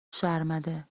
شرمنده